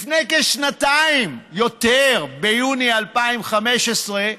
לפני כשנתיים, יותר, ביוני 2015,